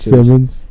Simmons